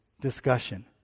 discussion